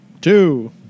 Two